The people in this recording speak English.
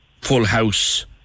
full-house